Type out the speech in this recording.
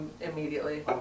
Immediately